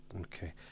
Okay